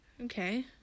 okay